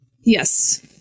Yes